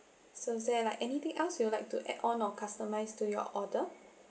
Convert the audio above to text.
so is there like anything else you would like to add on or customise to your order